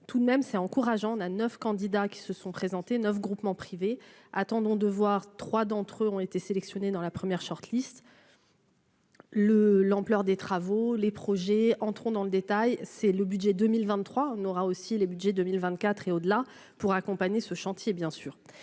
tout de même, c'est encourageant, on a 9 candidats qui se sont présentés 9 groupement privé, attendons de voir 3 d'entre eux ont été sélectionnés dans la première short list. Le l'ampleur des travaux, les projets, entrons dans le détail, c'est le budget 2023 on aura aussi les Budgets 2024 et au-delà pour accompagner ce chantier bien sûr